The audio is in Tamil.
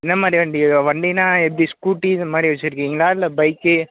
எந்த மாதிரி வண்டி வண்டின்னால் எப்படி ஸ்கூட்டி இது மாதிரி வைச்சுருக்கீங்களா இல்லை பைக்கு